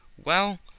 well,